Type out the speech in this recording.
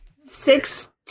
six